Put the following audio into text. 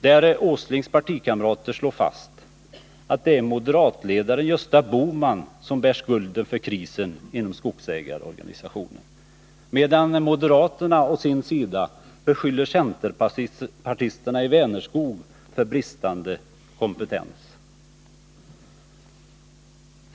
Nils Åslings partikamrater slår fast att det är moderatledaren Gösta Bohman som bär skulden för krisen inom skogsägarorganisationen. Moderaterna å sin sida beskyller centerpartisterna i Vänerskog för bristande kompetens.